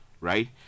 right